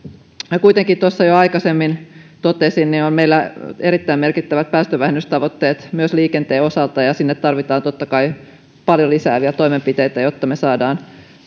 kuitenkin kuten tuossa jo aikaisemmin totesin meillä on erittäin merkittävät päästövähennystavoitteet myös liikenteen osalta ja sinne tarvitaan totta kai paljon lisää vielä toimenpiteitä jotta me saamme